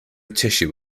tissue